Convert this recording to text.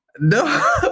no